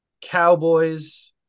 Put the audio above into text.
Cowboys